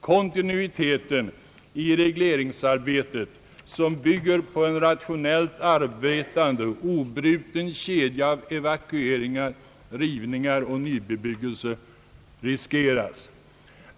Kontinuiteten i regleringsarbetet, som bygger på en rationellt arbetande och obruten kedja av evakueringar, rivningar och nybebyggelse, riskeras.